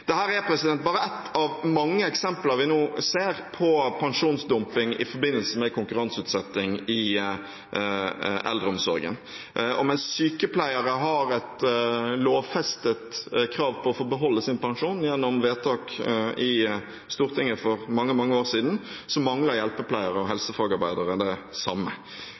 er bare ett av mange eksempler vi nå ser på pensjonsdumping i forbindelse med konkurranseutsetting i eldreomsorgen. Mens sykepleiere har et lovfestet krav på å få beholde sin pensjon gjennom vedtak gjort i Stortinget for mange år siden, mangler hjelpepleiere og helsefagarbeidere det samme.